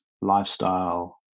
lifestyle